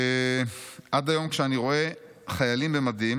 "עד היום כשאני רואה חיילים במדים,